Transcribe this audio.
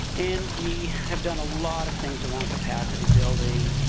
and, we have done a lot of things around capacity building,